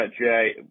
Jay